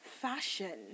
fashion